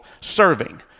serving